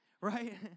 right